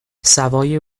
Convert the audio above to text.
سوای